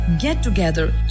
get-together